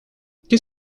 qu’est